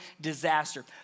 disaster